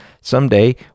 someday